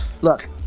Look